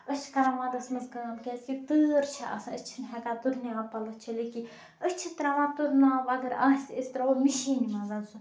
أسۍ چھِ کَران وَندَس مَنٛز کٲم کیاز کہِ تیٖر چھِ آسان أسۍ چھِنہٕ ہیٚکان تٕرنہِ آبہٕ پَلَو چھٔلِتھ کہیٖنۍ أسۍ چھِ تراوان تُرُن آب اَگَر آسہ تہِ أسۍ تراوو مِشیٖن مَنٛز سُہ